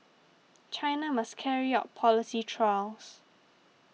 China must carry out policy trials